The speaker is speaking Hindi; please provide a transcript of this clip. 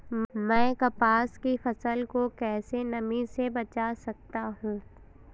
मैं कपास की फसल को कैसे नमी से बचा सकता हूँ?